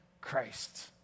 Christ